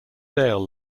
dale